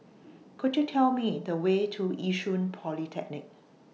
Could YOU Tell Me The Way to Yishun Polytechnic